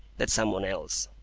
that some one else.